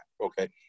Okay